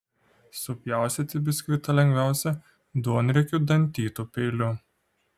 supjaustyti biskvitą lengviausia duonriekiu dantytu peiliu